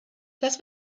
das